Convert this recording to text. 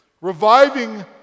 reviving